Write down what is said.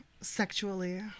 sexually